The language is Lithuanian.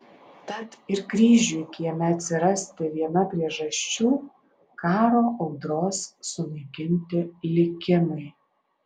tad ir kryžiui kieme atsirasti viena priežasčių karo audros sunaikinti likimai